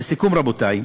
לסיכום, רבותי,